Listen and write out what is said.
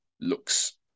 looks